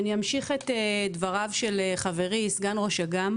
אמשיך את דבריו של חברי סגן ראש אג"ם